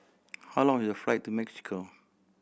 how long is the flight to Mexico